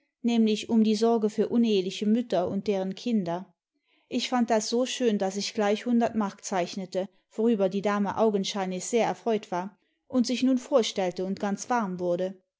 nämlich um die sorge für uneheliche mütter und deren kinder ich fand das so schön daß ich gleich hundert mark zeichnete worüber die dame augenscheinlich sehr erfreut war und sieb nun vorstellte und ganz warm würde